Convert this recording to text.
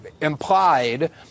implied—